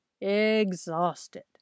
exhausted